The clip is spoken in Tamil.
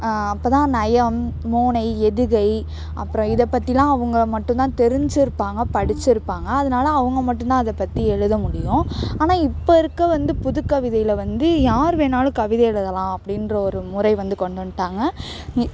அப்போ தான் நயம் மோனை எதுகை அப்புறம் இதை பற்றிலாம் அவங்க மட்டும் தான் தெரிஞ்சுருப்பாங்க படிச்சுருப்பாங்க அதனால அவங்க மட்டும் தான் அதை பற்றி எழுத முடியும் ஆனால் இப்போ இருக்க வந்து புதுக்கவிதையில் வந்து யார் வேண்ணாலும் கவிதை எழுதலாம் அப்படின்ற ஒரு முறை வந்து கொண்டு வந்துவிட்டாங்க